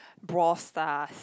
Brawl Stars